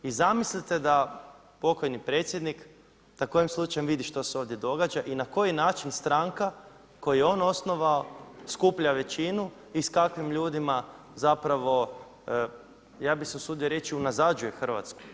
I zamislite da pokojni predsjednik da kojim slučajem vidi što se ovdje događa i na koji način stranka koju je on osnovao skuplja većinu i s kakvim ljudima ja bi se usudio reći unazađuje Hrvatsku.